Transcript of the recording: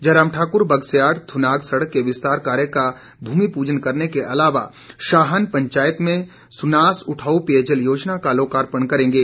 जयराम ठाक्र बगस्याड़ थुनाग सड़क के विस्तार कार्य का भूमि पूजन करने के अलावा शाहन पंचायत में सुनास उठाऊ पेयजल योजना का लोकार्पण करेंगे